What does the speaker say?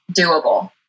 doable